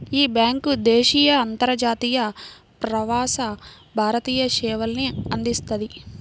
యీ బ్యేంకు దేశీయ, అంతర్జాతీయ, ప్రవాస భారతీయ సేవల్ని అందిస్తది